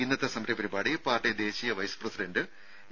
ഇന്നത്തെ സമര പരിപാടി പാർട്ടി ദേശീയ വൈസ് പ്രസിഡന്റ് എ